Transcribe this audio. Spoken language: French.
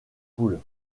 poule